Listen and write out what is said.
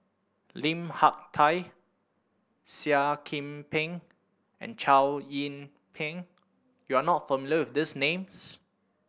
Lim Hak Tai Seah Kian Peng and Chow Yian Ping you are not familiar with these names